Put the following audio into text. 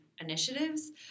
initiatives